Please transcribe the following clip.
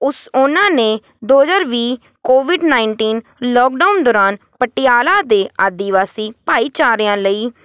ਉਸ ਉਨ੍ਹਾਂ ਨੇ ਦੋ ਹਜ਼ਾਰ ਵੀਹ ਕੋਵਿਡ ਨਾਈਨਟੀਨ ਲੋਕਡਾਊਨ ਦੌਰਾਨ ਪਟਿਆਲਾ ਦੇ ਆਦਿਵਾਸੀ ਭਾਈਚਾਰਿਆਂ ਲਈ